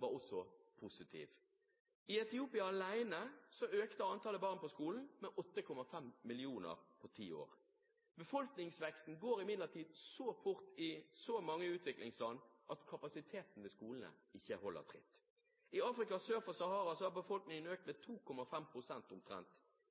også positiv. I Etiopia alene økte antallet barn på skolen med 8,5 millioner på ti år. Befolkningsveksten går imidlertid så fort i så mange utviklingsland at kapasiteten ved skolene ikke holder tritt. I Afrika sør for Sahara har befolkningen økt med 2,5 pst. omtrent